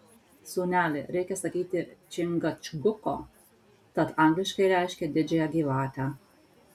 sūneli reikia sakyti čingačguko tat angliškai reiškia didžiąją gyvatę